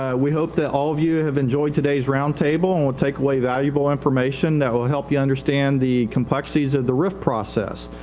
ah we hope that all of you have enjoyed todayis roundtable. and will take away valuable information that will help you understand the complexities of the rif process.